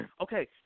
okay